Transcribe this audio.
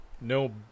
No